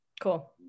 Cool